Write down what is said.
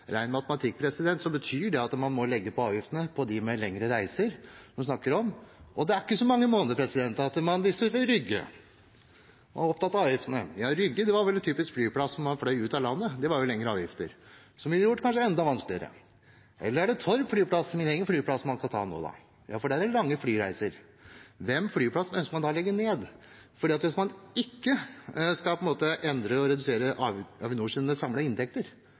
Ren matematikk tilsier at man må legge på avgiftene på lengre reiser. Det er ikke så mange måneder siden vi diskuterte Rygge og var opptatt av avgiftene. Ja, Rygge var vel en typisk flyplass for flyvninger ut av landet – da ville jo høyere avgifter kanskje gjort det enda vanskeligere. Eller er det Torp flyplass, min egen flyplass, man skal ta nå – for derfra går det lange flyreiser? Hvilken flyplass ønsker man å legge ned? Hvis man ikke skal endre og redusere Avinors samlede inntekter, hvor skal man da ta det fra? Det er det store spørsmålet, og det kommer det ikke noe svar på. Jeg hørte Senterpartiet spesielt var opptatt av